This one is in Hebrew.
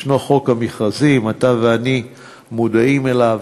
יש חוק חובת המכרזים, אתה ואני מודעים לו.